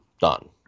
done